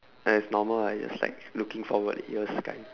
ya it's normal lah just like looking forward ears kind